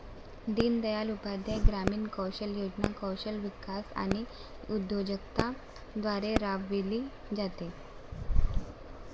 दीनदयाळ उपाध्याय ग्रामीण कौशल्य योजना कौशल्य विकास आणि उद्योजकता द्वारे राबविली जाते